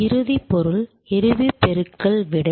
இறுதி பொருள் இறுதி பெருக்கல் விடை